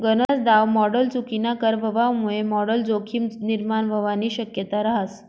गनज दाव मॉडल चुकीनाकर व्हवामुये मॉडल जोखीम निर्माण व्हवानी शक्यता रहास